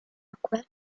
acque